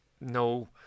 no